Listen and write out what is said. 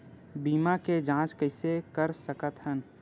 बीमा के जांच कइसे कर सकत हन?